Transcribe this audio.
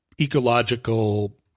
ecological